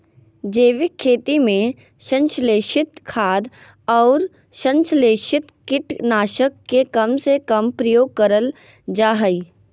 जैविक खेती में संश्लेषित खाद, अउर संस्लेषित कीट नाशक के कम से कम प्रयोग करल जा हई